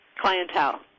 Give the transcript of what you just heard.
clientele